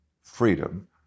freedom